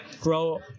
grow